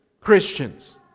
Christians